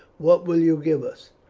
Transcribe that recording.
what will you give us?